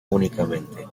únicamente